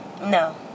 no